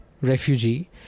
refugee